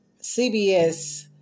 CBS